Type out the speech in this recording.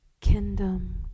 Kingdom